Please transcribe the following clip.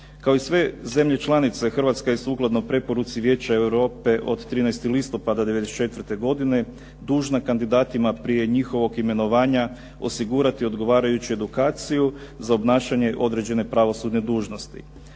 Kao i sve zemlje članica Hrvatska je sukladno preporuci vijeća Europe od 13. listopada 1994. godine, dužna kandidatima prije njihovog imenovanja osigurati odgovarajuću edukaciju za obnašanje određene pravosudne dužnosti.